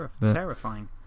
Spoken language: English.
Terrifying